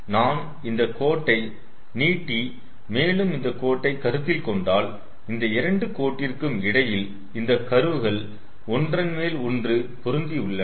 நான் இந்தக் கோட்டை நீட்டி மேலும் இந்த கோட்டை கருத்தில் கொண்டால் இந்த இரண்டு கோட்டிருக்கும் இடையில் இந்த கர்வ்கள் ஒன்றன் மேல் ஒன்று பொருந்தி உள்ளன